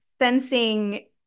sensing